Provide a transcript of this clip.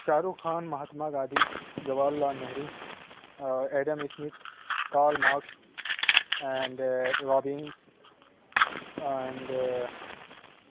Shah Rukh Khan Mahatma Gandhi Jawahar Lal Nehru Adam Smith Karl Marx and Robbins and